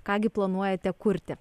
ką gi planuojate kurti